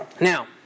Now